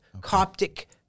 Coptic